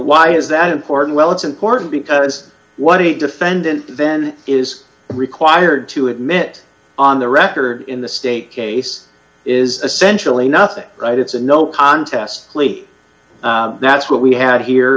why is that important well it's important because what a defendant then is required to admit on the record in the state case is essentially nothing right it's a no contest plea that's what we have here